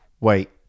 Wait